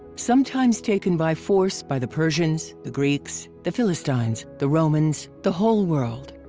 sometimes taken by force by the persians, the greeks, the philistines, the romans, the whole world.